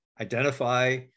identify